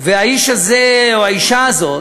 והאיש הזה או האישה הזאת,